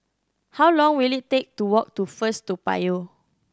how long will it take to walk to First Toa Payoh